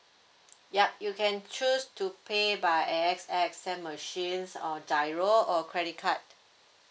yup you can choose to pay by SAM machines or GIRO or credit card